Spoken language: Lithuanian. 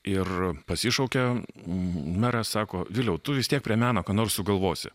ir pasišaukė meras sako viliau tu vis tiek prie meno ką nors sugalvosi